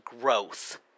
growth